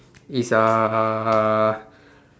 is uh